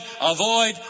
avoid